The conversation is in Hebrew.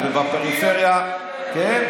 בפריפריה, כן.